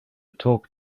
talk